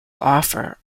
offer